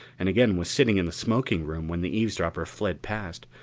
and again was sitting in the smoking room when the eavesdropper fled past,